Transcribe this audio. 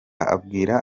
abwira